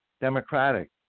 Democratic